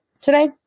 today